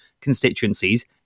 constituencies